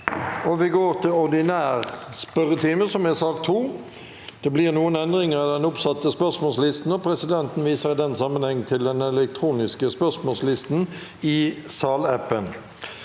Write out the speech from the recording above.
2 Ordinær spørretime Presidenten Det blir noen endringer i den oppsatte spørsmålslisten, og presidenten viser i den sammenheng til den elektroniske spørsmålslisten i salappen.